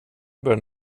bör